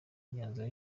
imyanzuro